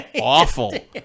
awful